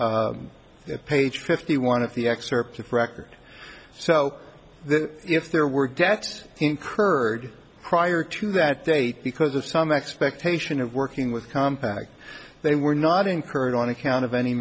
at page fifty one of the excerpts of record so if there were debts incurred prior to that date because of some expectation of working with compact they were not incurred on account of any